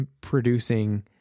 producing